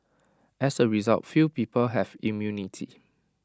as A result few people have immunity